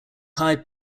hired